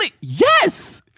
yes